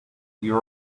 you